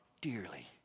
dearly